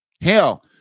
Hell